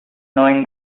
knowing